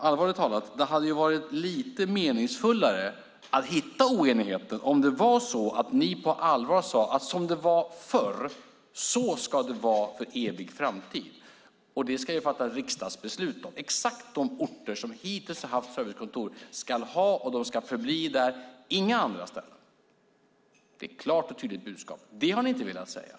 Allvarligt talat hade det varit meningsfullare att hitta oenigheter om ni på allvar hade sagt att som det var förr så ska det vara i en evig framtid och det ska det fattas riksdagsbeslut om, att exakt de orter som hittills har haft servicekontor ska ha det och de ska förbli där, men inte på några andra ställen. Det hade varit ett klart och tydligt budskap, men det har ni inte velat säga.